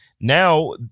Now